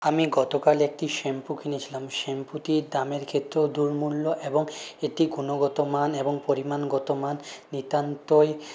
আমি গতকাল একটি শ্যাম্পু কিনেছিলাম শ্যাম্পুটি দামের ক্ষেত্রেও দুর্মূল্য এবং এটির গুণগত মান এবং পরিমাণগত মান নিতান্তই